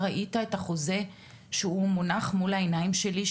ראית את החוזה שהוא מונח מול העיניים שלי,